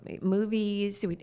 movies